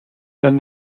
then